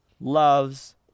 loves